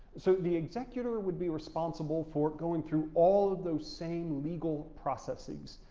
so the executor would be responsible for going through all of those same legal processes,